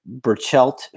Burchelt